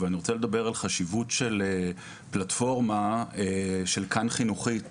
ואני רוצה לדבר על חשיבות של פלטפורמה של "כאן חינוכית"